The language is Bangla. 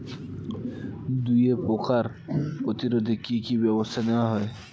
দুয়ে পোকার প্রতিরোধে কি কি ব্যাবস্থা নেওয়া হয়?